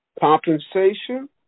Compensation